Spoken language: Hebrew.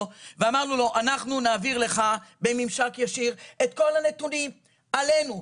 ואמרנו לו אנחנו נעביר לך בממשק ישיר את כל הנתונים עלינו.